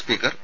speaker P